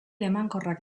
emankorrak